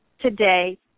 today